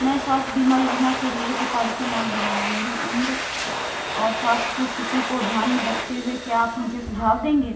मैं स्वास्थ्य बीमा योजना के लिए सिफारिशें मांग रहा हूँ मेरी उम्र और स्वास्थ्य की स्थिति को ध्यान में रखते हुए आप क्या सुझाव देंगे